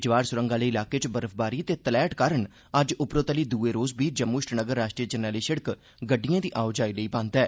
जवाहर स्रंग आहले इलाके च बर्फबारी ते तलैहट कारण अज्ज उप्परोतली द्ए रोज बी जम्मू श्रीनगर राष्ट्री जरनैली सिड़क गड्डिएं दी आओजाई लेई बंद ऐ